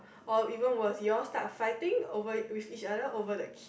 or even was you all will start fighting over with each other over the kid